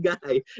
guy